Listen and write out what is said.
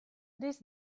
this